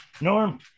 Norm